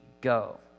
go